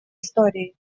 истории